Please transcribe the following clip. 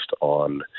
on